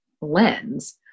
lens